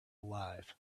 alive